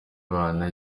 bana